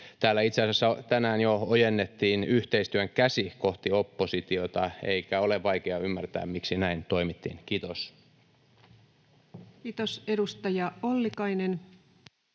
Täällä itse asiassa tänään jo ojennettiin yhteistyön käsi kohti oppositiota, eikä ole vaikea ymmärtää, miksi näin toimittiin. — Kiitos. [Speech 291] Speaker: